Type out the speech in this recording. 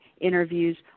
interviews